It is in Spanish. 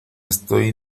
estoy